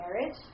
marriage